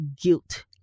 guilt